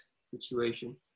situation